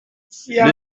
ciel